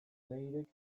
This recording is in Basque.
leirek